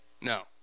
no